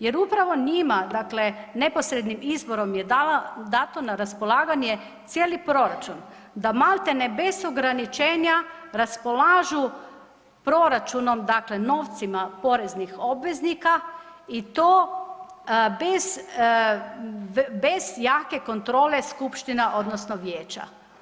Jer upravo njima, dakle neposrednim izborom je dala, dato na raspolaganje cijeli proračun, da malte ne bez ograničenja raspolažu proračunom, dakle novcima poreznih obveznika i to bez, bez jake kontrole skupština odnosno vijeća.